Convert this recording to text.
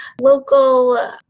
local